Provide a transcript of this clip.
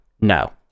no